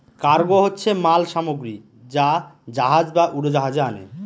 cargo হচ্ছে মাল সামগ্রী যা জাহাজ বা উড়োজাহাজে আনে